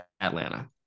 Atlanta